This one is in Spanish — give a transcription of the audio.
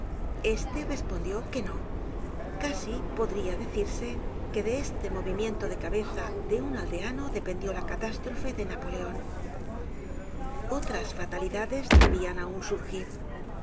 este respondió que no casi podría decirse que de este movimiento de cabeza de un aldeano dependió la catástrofe de napoleon otras fatalidades debian aun surgir